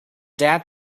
that